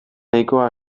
nahikoa